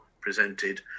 presented